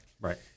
Right